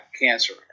cancer